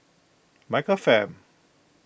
Michael Fam